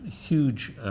huge